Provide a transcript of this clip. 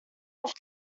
have